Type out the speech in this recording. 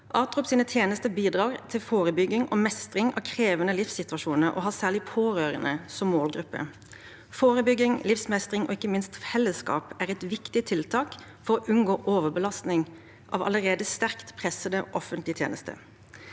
ATROPs tjenester bidrar til forebygging og mestring av krevende livssituasjoner og har særlig pårørende som målgruppe. Forebygging, livsmestring og ikke minst fellesskap er et viktig tiltak for å unngå overbelastning av allerede sterkt pressede offentlige tjenester.